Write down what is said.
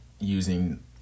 using